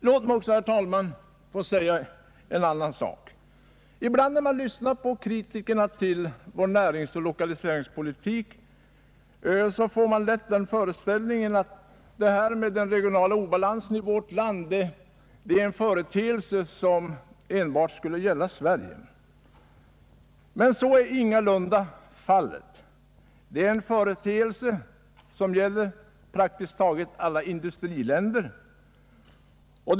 Låt mig också, herr talman, få säga att man ibland när man lyssnar på kritikerna till den förda näringsoch lokaliseringspolitiken lätt får den föreställningen att den regionala obalansen är ett problem som enbart skulle gälla Sverige. Men så är ingalunda fallet. Det är en företeelse som gäller praktiskt taget alla industriländer.